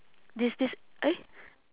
this this eh